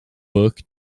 took